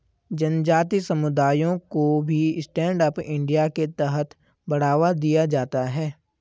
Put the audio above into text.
जनजाति समुदायों को भी स्टैण्ड अप इंडिया के तहत बढ़ावा दिया जाता है